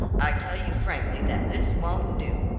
i tell you frankly that this won't do.